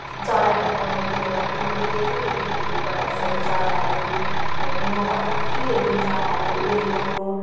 चराहरू कराउँथ्यो अन्तखेरि म डेली हेर्थेँ खिर्कीबाट यसरी चराहरू धेरै म कत्ति हेर्थेँ चराहरू उडेको